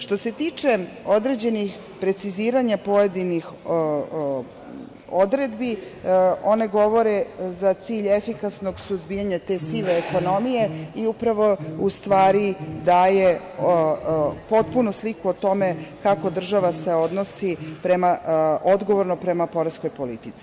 Što se tiče određenih preciziranja pojedinih odredbi, one govore za cilj efikasnog suzbijanja te sive ekonomije i upravo, u stvari, daje potpunu sliku o tome kako se država odgovorno odnosi prema poreskoj politici.